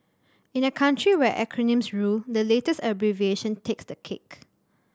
in a country where acronyms rule the latest abbreviation takes the cake